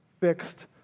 fixed